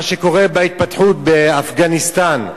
מה שקורה בהתפתחות באפגניסטן,